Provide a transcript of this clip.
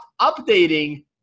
updating